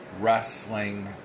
wrestling